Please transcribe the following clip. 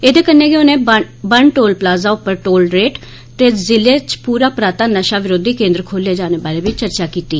एदे कन्नै गै उनें बन टोल प्लाज़ा उप्पर टोल रेट ते ज़िले च पूरा पराता नशा रोधी केंद्र खोले जाने बारै बी चर्चा कीत्ती